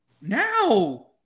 Now